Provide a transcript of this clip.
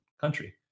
country